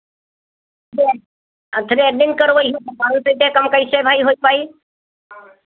जे threading करवइहो तो पाँच सौ से कम कैसे भाई होय पाई